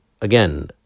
again